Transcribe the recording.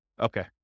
Okay